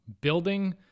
Building